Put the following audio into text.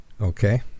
Okay